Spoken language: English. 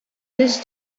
this